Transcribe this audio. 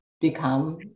become